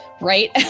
right